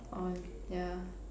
oh yeah